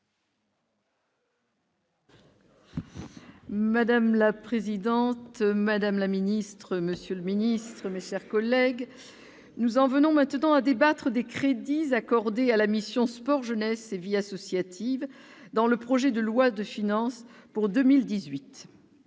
Madame la présidente, madame la ministre, monsieur le ministre, mes chers collègues, nous en venons maintenant à débattre des crédits accordés à la mission « Sport, jeunesse et vie associative » dans le projet de loi de finances pour 2018.